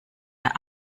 der